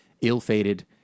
ill-fated